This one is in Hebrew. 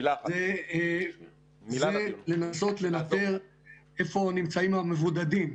זה לנסות לנטר איפה נמצאים המבודדים.